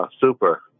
Super